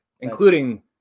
including